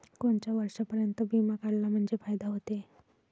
कोनच्या वर्षापर्यंत बिमा काढला म्हंजे फायदा व्हते?